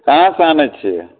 कहाँसँ आनै छिए